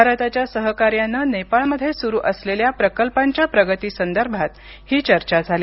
भारताच्या सहकार्यांनं नेपाळमध्ये सुरु असलेल्या प्रकल्पांच्या प्रगती संदर्भात ही चर्चा झाली